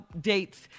dates